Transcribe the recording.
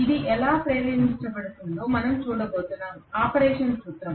ఇది ఎలా ప్రేరేపించబడుతుందో మనం చూడబోతున్నాం ఆపరేషన్ సూత్రం